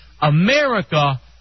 America